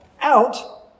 out